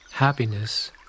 Happiness